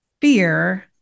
fear